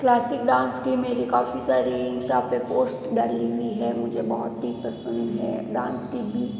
classic dance की मेरी काफ़ी सारी इंस्टा पर पोस्ट डाली हुई है मुझे बहुत ही पसंद है डांस की भी